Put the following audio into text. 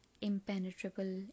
impenetrable